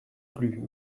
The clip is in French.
plus